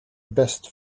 best